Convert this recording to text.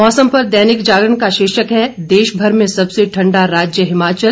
मौसम पर दैनिक जागरण का शीर्षक है देशभर में सबसे ठंडा राज्य हिमाचल